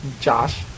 Josh